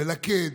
מלכד,